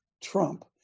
Trump